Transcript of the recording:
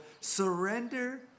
surrender